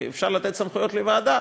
ואפשר לתת סמכויות לוועדה,